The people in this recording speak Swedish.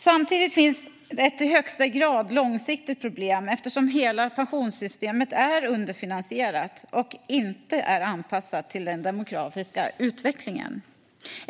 Samtidigt finns ett i högsta grad långsiktigt problem eftersom hela pensionssystemet är underfinansierat och inte anpassat till den demografiska utvecklingen.